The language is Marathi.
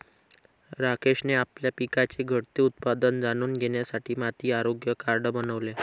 राकेशने आपल्या पिकाचे घटते उत्पादन जाणून घेण्यासाठी माती आरोग्य कार्ड बनवले